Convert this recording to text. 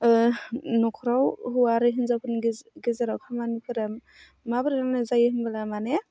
नख'राव हौवा आरो हिन्जावफोरनि गेजेराव खामानिफोरा माबोरै मावनाय जायो होनब्ला माने